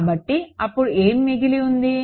కాబట్టి అప్పుడు ఏమి మిగిలి ఉంది